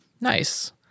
Nice